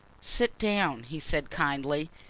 sit down, he said kindly.